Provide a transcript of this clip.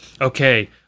okay